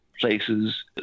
places